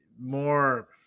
more